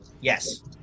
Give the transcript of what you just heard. Yes